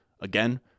again